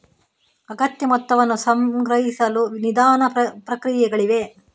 ಅಗತ್ಯ ಮೊತ್ತವನ್ನು ಸಂಗ್ರಹಿಸಲು ನಿಧಾನ ಪ್ರಕ್ರಿಯೆಗಳಿವೆ